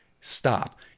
Stop